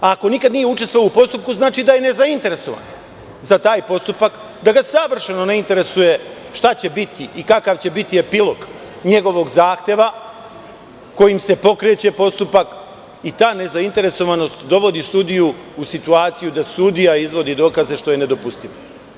Ako nikad nije učestvovao u postupku, znači da je ne zainteresovan za taj postupak, da ga savršeno ne interesuje šta će biti i kakav će biti epilog njegovog zahteva kojim se pokreće postupak i ta ne zainteresovanost dovodi sudiju u situaciju da sudija izvodi dokaze, što je nedopustivo.